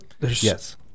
Yes